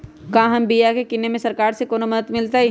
क्या हम बिया की किने में सरकार से कोनो मदद मिलतई?